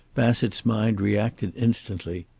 bassett's mind reacted instantly.